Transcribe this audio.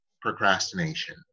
procrastination